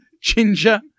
Ginger